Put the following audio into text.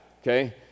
okay